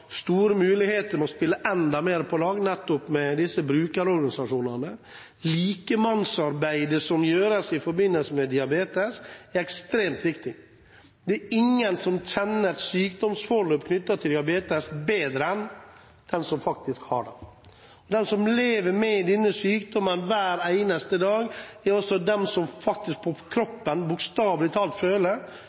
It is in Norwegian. store muligheter for å spille enda mer på lag med brukerorganisasjonene. Likemannsarbeidet som gjøres i forbindelse med diabetes, er ekstremt viktig. Det er ingen som kjenner et sykdomsforløp knyttet til diabetes bedre enn dem som faktisk har det. De som lever med denne sykdommen hver eneste dag, er også de som bokstavelig talt føler på kroppen